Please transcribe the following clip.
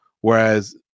Whereas